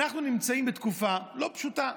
אנחנו נמצאים בתקופה לא פשוטה,